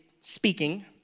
speaking